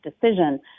decision